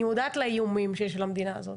אני מודעת לאיומים שיש על המדינה הזאת,